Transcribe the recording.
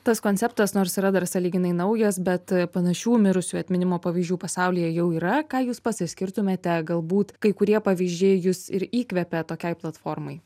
tas konceptas nors yra dar sąlyginai naujas bet panašių mirusiųjų atminimo pavyzdžių pasaulyje jau yra ką jūs pats išskirtumėte galbūt kai kurie pavyzdžiai jus ir įkvepia tokiai platformai